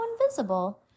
invisible